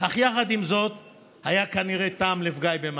אך יחד עם זאת היה כנראה טעם לפגם במעשיי.